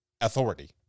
authority